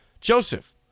Joseph